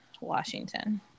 Washington